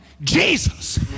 Jesus